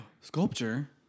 Sculpture